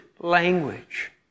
language